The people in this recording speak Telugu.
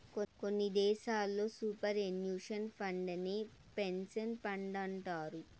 కొన్ని దేశాల్లో సూపర్ ఎన్యుషన్ ఫండేనే పెన్సన్ ఫండంటారు